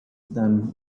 than